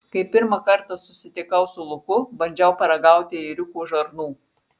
kai pirmą kartą susitikau su luku bandžiau paragauti ėriuko žarnų